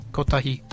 Kotahi